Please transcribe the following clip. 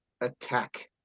attack